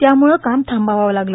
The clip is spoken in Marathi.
त्यामुळे काम थांबवावं लागलं